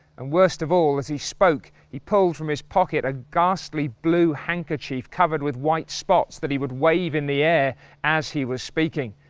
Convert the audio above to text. and worst of all as he spoke, he pulled from his pocket a ghastly blue handkerchief, covered with white spots, that he would wave in the air as he was speaking.